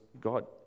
God